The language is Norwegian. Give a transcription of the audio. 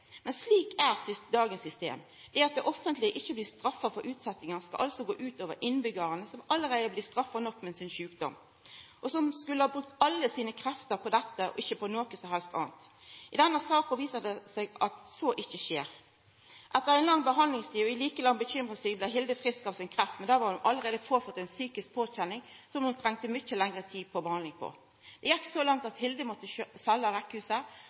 Men slik er dagens system. Det at det offentlege ikkje blir straffa for utsetjingar, skal altså gå ut over dei som allereie er blitt straffa nok med sin sjukdom, og som skulle ha brukt alle kreftene sine på han – ikkje på noko som helst anna. I denne saka viser det seg at så ikkje skjer. Etter ei lang behandlingstid og ei like lang bekymringstid blir Hilde frisk av sin kreft, men då var ho allereie påført ei psykisk påkjenning som ho trong mykje lengre tid på behandling for. Det gjekk så langt at Hilde måtte